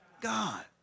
God